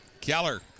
Keller